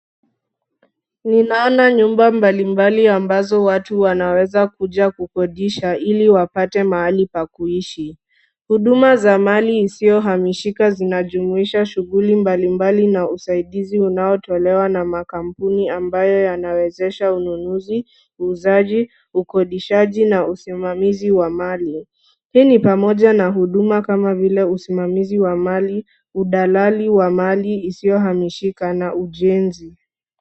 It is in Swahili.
Ninaona nyumba mbalimbali ambazo watu wanaweza kuja kukodisha ili wapate mahali pa kuishi. Huduma za mali isiohamishika zinajumuisha shughuli mbalimbali na usaidizi unaotolewa na makampuni ambayo yanawezesha ununuzi, uuzaji, ukodeshaji na usimamizi wa mali. Hii ni pamoja na huduma kama vile usimamizi wa mali, udalali wa mali isiohamishika na ujenzi.